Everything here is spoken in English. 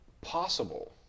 possible